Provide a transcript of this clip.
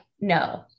no